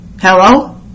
Hello